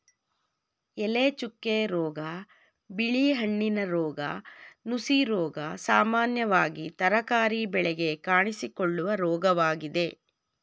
ಎಲೆಚುಕ್ಕೆ ರೋಗ, ಬಿಳಿ ಹೆಣ್ಣಿನ ರೋಗ, ನುಸಿರೋಗ ಸಾಮಾನ್ಯವಾಗಿ ತರಕಾರಿ ಬೆಳೆಗೆ ಕಾಣಿಸಿಕೊಳ್ಳುವ ರೋಗವಾಗಿದೆ